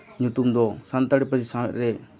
ᱧᱩᱛᱩᱢ ᱫᱚ ᱥᱟᱱᱛᱟᱲᱤ ᱯᱟᱹᱨᱥᱤ ᱥᱟᱶᱦᱮᱫ ᱨᱮ